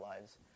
lives